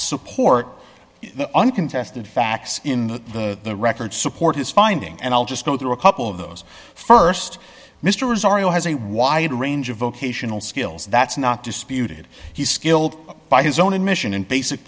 support the uncontested facts in the record support his findings and i'll just go through a couple of those st mysteries are you has a wide range of vocational skills that's not disputed he's skilled by his own admission in basic